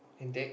Hip-Teck